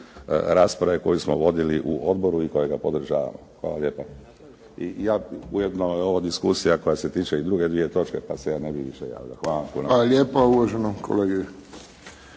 rasprave koju smo vodili u odboru i kojega podržavamo. Hvala lijepa. I ujedno je ovo diskusija koja se tiče i druge dvije točke pa se ja ne bih više javljao. Hvala vam.